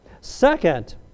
Second